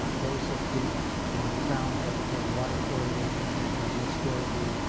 ah those that did found that water fluoridation was still the